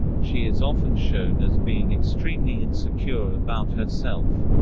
she is often shown as being extremely insecure about herself.